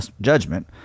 judgment